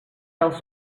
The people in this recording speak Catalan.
als